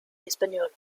espagnol